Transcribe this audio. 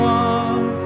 one